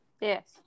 Yes